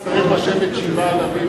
ילד מאומץ צריך לשבת שבעה על אביו?